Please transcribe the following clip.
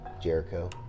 Jericho